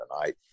tonight